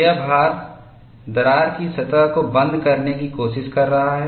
यहां भार दरार की सतह को बंद करने की कोशिश कर रहा है